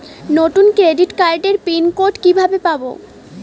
নতুন ক্রেডিট কার্ডের pin code কিভাবে পাব?